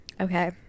Okay